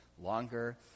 longer